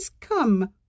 come